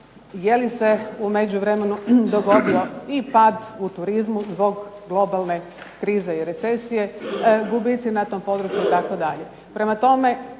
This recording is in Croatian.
je li se u međuvremenu dogodio i pad u turizmu zbog globalne krize i recesije, gubici na tom području itd.